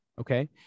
Okay